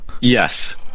Yes